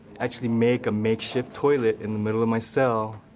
actually make a makeshift toilet in the middle of my cell,